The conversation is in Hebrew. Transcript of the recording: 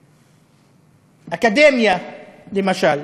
אקדמיה, למשל.